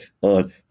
on